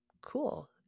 Cool